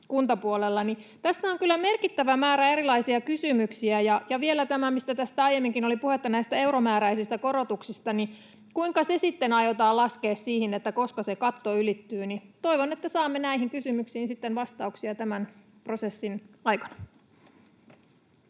Tässä on kyllä merkittävä määrä erilaisia kysymyksiä. Vielä tämä, mistä tässä aiemminkin oli puhetta, näistä euromääräisistä korotuksista: kuinka se sitten aiotaan laskea siihen, koska se katto ylittyy? Toivon, että saamme näihin kysymyksiin vastauksia tämän prosessin aikana.